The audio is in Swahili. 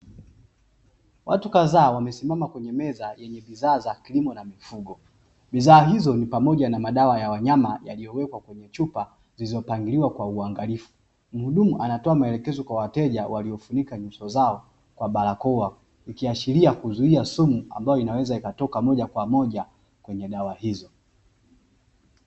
Watu kadhaa wamesimama kwenye meza zenye bidhaa za kilimo na mifugo, bidhaa hizo ni pamoja na madawa ya wanyama yaliyowekwa kwenye chupa zilizopangiliwa kwa uaminifu, muhudumu anatoa huduma kwa wateja kwa barakoa, ikiashiria kuzuia sumu ambayo inaweza ikatoka moja kwa moja kwenye dawa hizo.